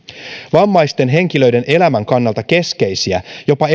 vammaisten henkilöiden elämän kannalta keskeisiä jopa